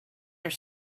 your